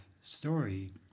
story